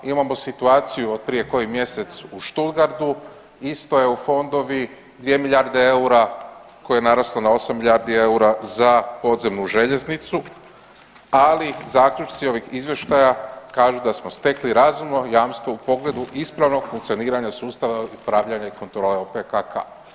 Imamo situaciju od prije koji mjesec u Stuttgartu, isto EU fondovi, 2 milijarde eura koji je narastao na 8 milijardi eura za podzemnu željeznicu, ali zaključci ovih izvještaja kažu da smo stekli razumno jamstvo u pogledu ispravnog funkcioniranja sustava upravljanja i kontrole OPKK.